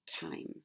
time